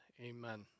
amen